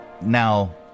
now